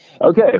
Okay